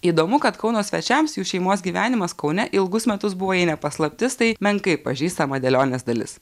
įdomu kad kauno svečiams jų šeimos gyvenimas kaune ilgus metus buvo jei ne paslaptis tai menkai pažįstama dėlionės dalis